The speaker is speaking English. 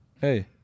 hey